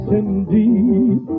indeed